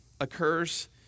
occurs